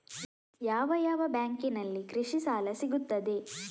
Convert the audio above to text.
ಯಾವ ಯಾವ ಬ್ಯಾಂಕಿನಲ್ಲಿ ಕೃಷಿ ಸಾಲ ಸಿಗುತ್ತದೆ?